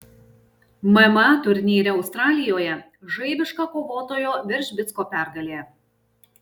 mma turnyre australijoje žaibiška kovotojo veržbicko pergalė